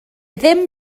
ddim